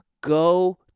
go